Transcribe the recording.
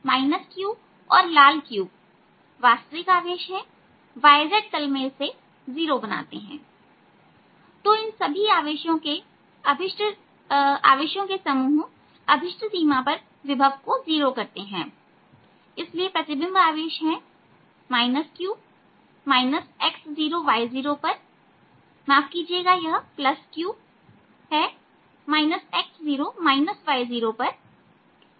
q और लाल q वास्तविक आवेश हैं yz तल में जीरो बनाते हैं तो इन सभी आवेशों के समूह अभीष्ट सीमा पर विभव को जीरो करते हैं इसलिए प्रतिबिंब आवेश हैं q x0y0 पर और मेरे पास है माफ कीजिएगा यह q x0 y0 है q है